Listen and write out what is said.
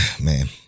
man